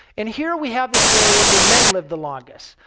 and here we have this area where men live the longest,